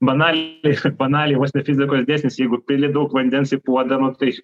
banaliai banaliai vos ne fizikos dėsnis jeigu pili daug vandens į puodą nu tai